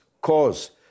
cause